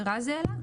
שרז העלה,